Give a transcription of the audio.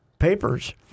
Papers